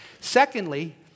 secondly